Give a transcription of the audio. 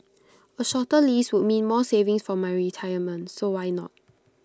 A shorter lease would mean more savings for my retirement so why not